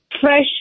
fresh